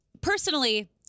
Personally